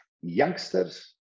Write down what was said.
youngsters